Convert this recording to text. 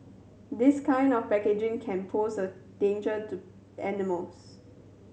this kind of packaging can pose a danger to animals